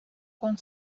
con